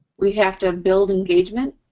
we have to build engagement,